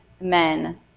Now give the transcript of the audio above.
men